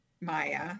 Maya